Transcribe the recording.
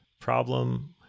Problem